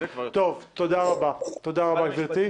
ברטרואקטיביות